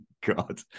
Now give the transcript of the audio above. God